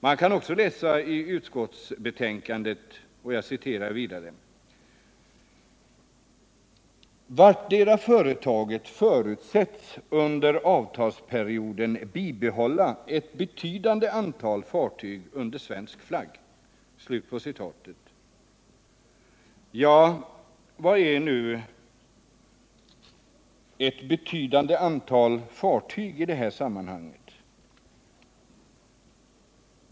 Man kan också läsa i utskottsbetänkandet: ”Vartdera företaget förutsätts under avtalsperioden bibehålla ett betydande antal fartyg under svensk flagg.” Ja, vad är nu ett betydande antal fartyg i dessa sammanhang?